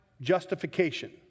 justification